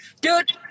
dude